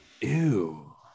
Ew